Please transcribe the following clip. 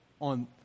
on